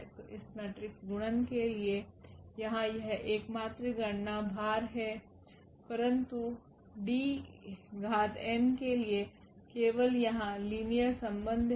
तो इस मेट्रिक्स गुणन के लिए यहाँ यह एकमात्र गणना भर है परंतु D घात n के लिए केवल यहाँ लीनियर संबंध है